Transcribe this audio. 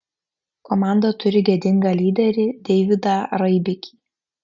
komanda turi galingą lyderį deividą raibikį